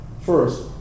First